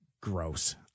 gross